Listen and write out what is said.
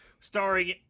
starring